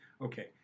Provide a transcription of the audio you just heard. Okay